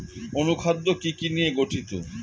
অনুখাদ্য কি কি নিয়ে গঠিত?